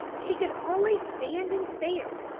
she could only stand and stare.